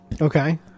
Okay